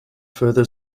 further